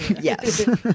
Yes